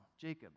Jacob